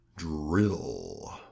drill